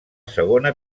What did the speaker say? segona